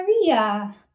Maria